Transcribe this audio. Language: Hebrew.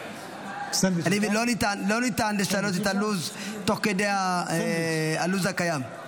לא ניתן לשנות את הלו"ז תוך כדי הלו"ז הקיים.